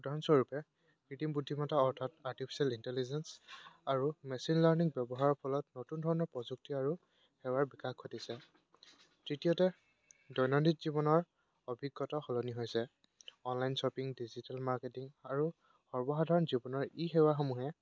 উদাহৰণস্বৰূপে কৃত্ৰিম বুদ্ধিমত্তা অৰ্থত আৰ্টিফিচিয়েল ইণ্টেলিজেঞ্চ আৰু মেচিন লাৰ্ণিং ব্যৱহাৰৰ ফলত নতুন ধৰণৰ প্ৰযুক্তি আৰু সেৱাৰ বিকাশ ঘটিছে তৃতীয়তে দৈনন্দিন জীৱনৰ অভিজ্ঞতা সলনি হৈছে অনলাইন শ্বপিং ডিজিটেল মাৰ্কেটিং আৰু সৰ্বসাধাৰণ জীৱনৰ ই সেৱাসমূহে